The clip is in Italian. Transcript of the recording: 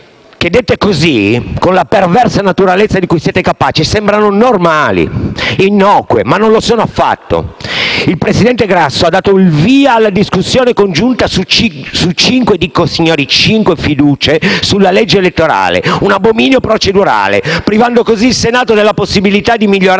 che, pronunciate con la perversa naturalezza di cui siete capaci, sembrano normali, innocue, ma non lo sono affatto. Il presidente Grasso ha dato il via alla discussione congiunta su cinque - dico cinque - fiducie sul disegno di legge in materia legge elettorale, un abominio procedurale, privando così il Senato della possibilità di migliorare